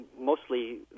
mostly